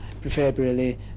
preferably